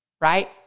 right